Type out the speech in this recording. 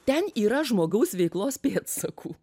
ten yra žmogaus veiklos pėdsakų